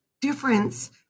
Difference